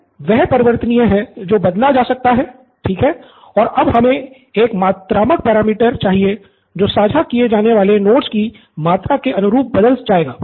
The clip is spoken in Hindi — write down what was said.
निथिन तो यह वह परिवर्तनीय चाहिए हैं जो साझा किए जाने वाले नोट्स की मात्रा के अनुरूप पर बदल जाएगा